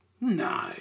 No